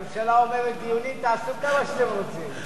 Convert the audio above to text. מי שבעד דיון במליאה יצביע בעד ומי שבעד להסיר,